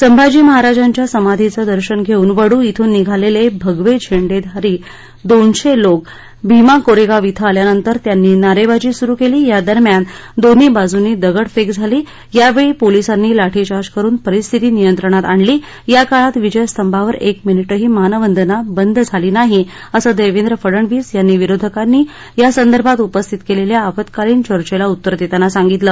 संभाजी महाराजांच्या समाधीचं दर्शन घेऊन वडू श्रिन निघालेले भगवे झेंडेधारीरी दोनशे लोक भीमा कोरेगाव िं आल्यानंतर त्यांनी नारेबाजी सुरू केली या दरम्यान दोन्ही बाजूंनी दगडफेक झाली यावेळी पोलिसांनी लाठीचार्ज करून परिस्थिती नियंत्रणात आणली याकाळात विजयस्थभावर एक मिनिटही मानवंदना बंद झाली नाही असं देवेंद्र फडणवीस यांनी विरोधकांनी यासंदर्भात उपस्थित केलेल्या अल्पकालीन चर्चेला उत्तर देताना सांगितलं